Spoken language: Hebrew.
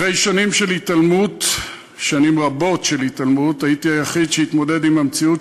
אחרי שנים רבות של התעלמות הייתי היחיד שהתמודד עם המציאות